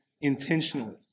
intentionally